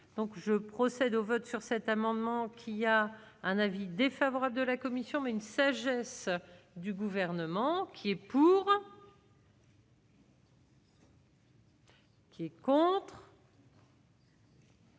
je procède au vote sur cet amendement, qui a un avis défavorable de la commission, mais une sagesse du gouvernement qui est pour. Qui est contres.